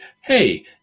hey